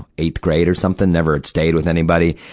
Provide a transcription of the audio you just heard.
eighth grade or something. never had stayed with anybody.